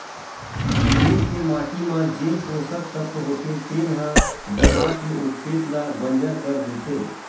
खेत के माटी म जेन पोसक तत्व होथे तेन ह बोहा के ओ खेत ल बंजर कर देथे